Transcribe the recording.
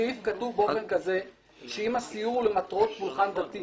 הסעיף כתוב באופן כזה שאם הסיור למטרות פולחן דתי